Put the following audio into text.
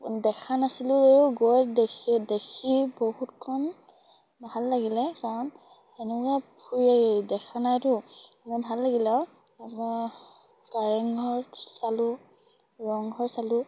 দেখা নাছিলোঁ গৈ দেখি বহুত কম ভাল লাগিলে কাৰণ সেনেকুৱা ফুৰি দেখা নাইতো মই ভাল লাগিলে আৰু আপোনাৰ কাৰেংঘৰ চালোঁ ৰংঘৰ চালোঁ